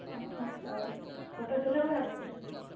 ᱚ ᱦᱮᱸ ᱛᱳ ᱯᱷᱳᱴᱳ ᱛᱩᱞᱟᱹᱣ ᱵᱟᱲᱟ ᱠᱚᱜᱮᱭᱟ ᱯᱮ